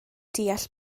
deall